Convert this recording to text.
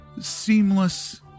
seamless